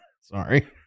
Sorry